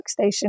workstation